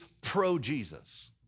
pro-Jesus